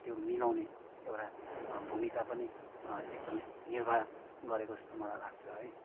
त्यो मिलाउने एउटा भूमिका पनि एकदमै निर्वाह गरेको जस्तो मलाई लाग्छ है